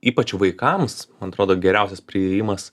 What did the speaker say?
ypač vaikams man atrodo geriausias priėjimas